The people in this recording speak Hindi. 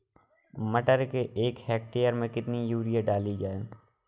मटर के एक हेक्टेयर में कितनी यूरिया डाली जाए?